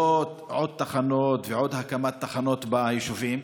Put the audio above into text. עוד תחנות ועוד הקמת תחנות ביישובים,